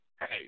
hey